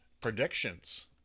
predictions